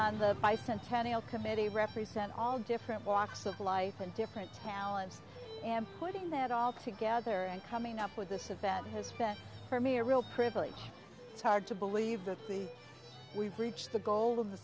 on the bicentennial committee represent all different walks of life and different talents and putting that all together and coming up with this event has been for me a real privilege it's hard to believe that we've reached the goal of the